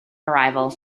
arrival